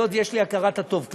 היות שיש לי הכרת הטוב כלפיהם,